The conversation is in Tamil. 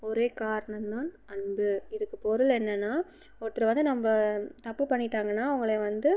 ஒரே காரணம் தான் அன்பு இதுக்கு பொருள் என்னென்னா ஒருத்தர் வந்து நம்ம தப்பு பண்ணிவிட்டாங்கன்னா அவர்களை வந்து